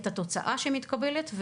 את התוצאה שמתקבלת,